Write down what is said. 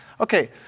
Okay